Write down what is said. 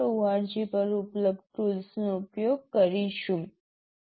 org પર ઉપલબ્ધ ટૂલ્સનો ઉપયોગ કરીશું